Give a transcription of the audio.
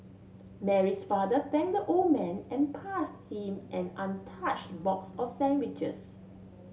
Mary's father thank old man and passed him an box of sandwiches